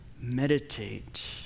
meditate